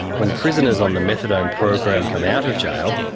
when prisoners on the methadone program come out of jail,